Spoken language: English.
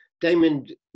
Diamond